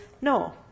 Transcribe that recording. No